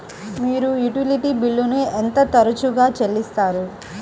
మీరు యుటిలిటీ బిల్లులను ఎంత తరచుగా చెల్లిస్తారు?